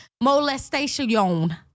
molestation